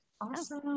Awesome